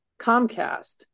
comcast